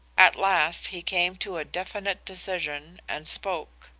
at last he came to a definite decision and spoke.